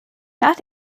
nach